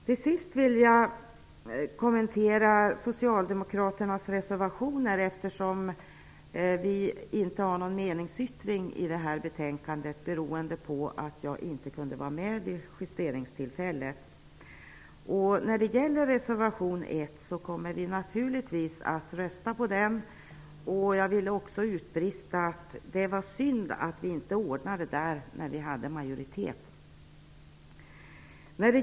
Till sist vill jag kommentera socialdemokraternas reservationer, eftersom Vänsterpartiet inte har någon meningsyttring till detta betänkande beroende på att jag inte kunde närvara vid justeringstillfället. Vi kommer naturligtvis att rösta för reservation 1. Jag vill också utbrista att det var synd att vi inte ordnade detta när vi hade majoritet.